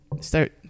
start